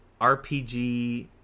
RPG